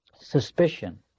suspicion